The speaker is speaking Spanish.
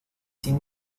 sin